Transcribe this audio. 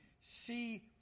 see